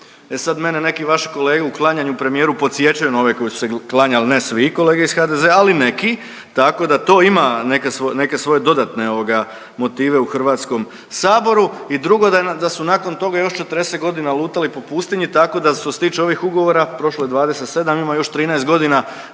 E sad mene neki vaši kolege u klanjanju premijeru podsjećaju na ove koji su se klanjali, ne svi kolege iz HDZ-a, ali neki, tako da to ima neka svo…, neke svoje dodatne ovoga motive u HS i drugo, da su nakon toga još 40.g. lutali po pustinji, tako da su što se tiče ovih ugovora, prošlo je 27, a ima još 13.g. da